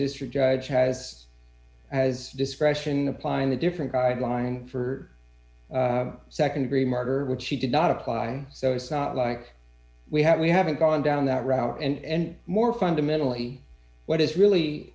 district judge has has discretion in applying the different guideline for second degree murder which he did not apply so it's not like we have we haven't gone down that route and more fundamentally what is really